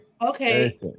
Okay